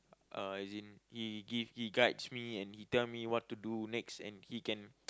uh as in he give guides me and tell me what to do next and he can